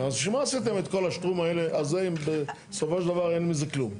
אז בשביל מה עשיתם את כל השטרום הזה אם בסופו של דבר אין מזה כלום?